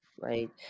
right